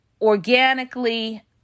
organically